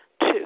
two